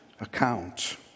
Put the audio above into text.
account